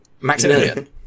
Maximilian